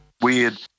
Weird